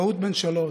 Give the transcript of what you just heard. פעוט בן שלוש,